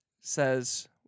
says